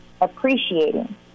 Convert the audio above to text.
appreciating